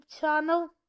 channel